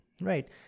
right